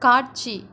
காட்சி